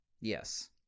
Yes